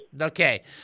okay